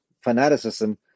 Fanaticism